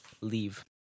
leave